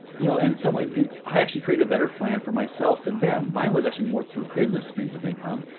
you know, in some ways i actually created a better plan for myself than them. mine was actually more through business streams of income.